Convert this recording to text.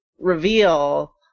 reveal